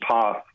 path